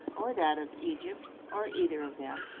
or that of egypt, or either of them,